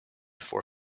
for